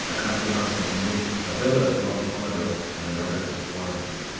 a country house in england, a villa at monte carlo and another at florence.